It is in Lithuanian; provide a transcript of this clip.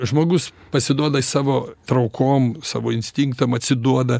žmogus pasiduoda savo traukom savo instinktam atsiduoda